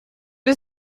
was